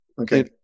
Okay